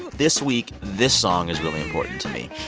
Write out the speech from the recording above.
and this week, this song is really important to me.